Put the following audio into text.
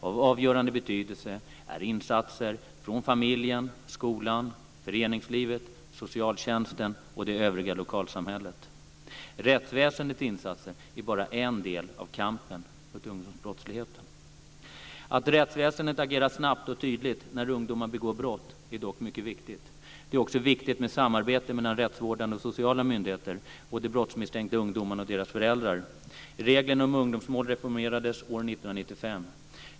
Av avgörande betydelse är insatser från familjen, skolan, föreningslivet, socialtjänsten och det övriga lokalsamhället. Rättsväsendets insatser är bara en del av kampen mot ungdomsbrottsligheten. Att rättsväsendet agerar snabbt och tydligt när ungdomar begår brott är dock mycket viktigt. Det är också viktigt med samarbete mellan rättsvårdande och sociala myndigheter och de brottsmisstänkta ungdomarna och deras föräldrar. Reglerna om ungdomsmål reformerades år 1995.